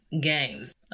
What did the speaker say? games